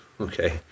Okay